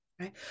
right